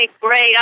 great